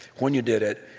when you did it,